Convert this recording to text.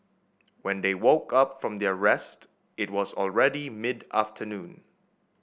when they woke up from their rest it was already mid afternoon